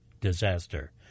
disaster